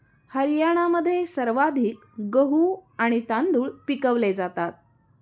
हरियाणामध्ये सर्वाधिक गहू आणि तांदूळ पिकवले जातात